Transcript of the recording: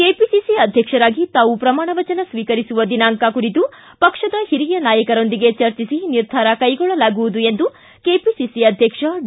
KPCC ಅಧ್ಯಕ್ಷರಾಗಿ ತಾವು ಪ್ರಮಾಣ ವಚನ ಸ್ವೀಕರಿಸುವ ದಿನಾಂಕ ಕುರಿತು ಪಕ್ಷದ ಹಿರಿಯ ನಾಯಕರೊಂದಿಗೆ ಚರ್ಚಿಸಿ ನಿರ್ಧಾರ ಕೈಗೊಳ್ಳಲಾಗುವುದು ಎಂದು ಕೆಪಿಸಿಸಿ ಅಧ್ಯಕ್ಷ ಡಿ